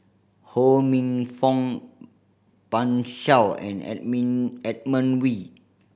Ho Minfong Pan Shou and Edmund Wee